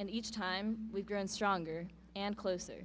and each time we've grown stronger and closer